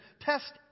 Test